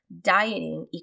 dieting